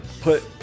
Put